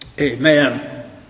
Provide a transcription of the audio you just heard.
amen